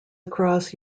across